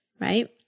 right